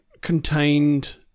contained